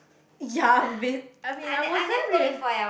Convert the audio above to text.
ya been I mean I wasn't